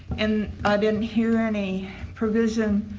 and i didn't hear any provision.